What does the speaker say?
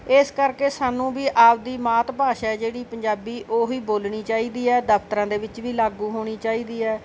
ਇਸ ਕਰਕੇ ਸਾਨੂੰ ਵੀ ਆਪਣੀ ਮਾਤ ਭਾਸ਼ਾ ਜਿਹੜੀ ਪੰਜਾਬੀ ਉਹ ਹੀ ਬੋਲਣੀ ਚਾਹੀਦੀ ਹੈ ਦਫ਼ਤਰਾਂ ਦੇ ਵਿੱਚ ਵੀ ਲਾਗੂ ਹੋਣੀ ਚਾਹੀਦੀ ਹੈ